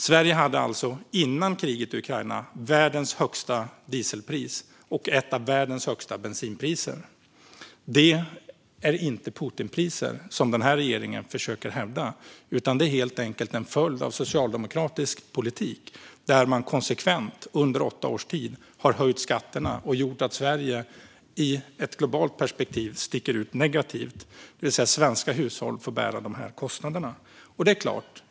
Sverige hade före kriget i Ukraina världens högsta dieselpris och ett av världens högsta bensinpriser. Det är inte Putinpriser, som den här regeringen försöker hävda, utan det är helt enkelt en följd av socialdemokratisk politik där man konsekvent under åtta års tid har höjt skatterna och gjort att Sverige i ett globalt perspektiv sticker ut negativt, det vill säga svenska hushåll får bära de här kostnaderna.